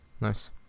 Nice